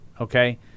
Okay